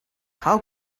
how